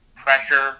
pressure